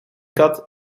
kat